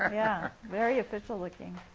yeah. very official-looking.